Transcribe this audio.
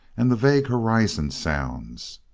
and the vague horizon sounds.